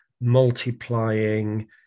multiplying